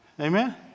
Amen